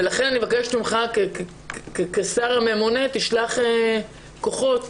ולכן אני מבקשת ממך כשר הממונה לשלוח כוחות